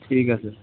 ਠੀਕ ਹੈ ਸਰ